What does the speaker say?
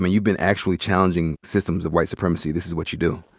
ah you've been actually challenging systems of white supremacy, this is what you do.